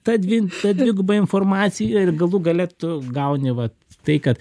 tad vien ta dviguba informacija ir galų gale tu gauni vat tai kad